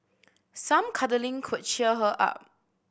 some cuddling could cheer her up